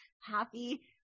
happy